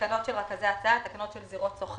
תקנות הסדרת העיסוק בייעוץ השקעות,